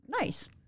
nice